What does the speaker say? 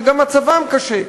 שגם מצבם קשה.